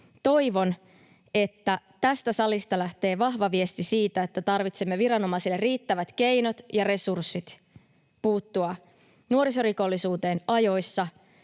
Toivon, että tästä salista lähtee vahva viesti siitä, että tarvitsemme viranomaisille riittävät keinot ja resurssit puuttua nuorisorikollisuuteen ajoissa.